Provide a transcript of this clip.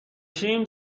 شیم